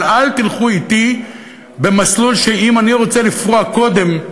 אבל אל תלכו אתי במסלול שבו אם אני רוצה לפרוע קודם,